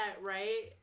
right